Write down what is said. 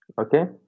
okay